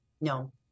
no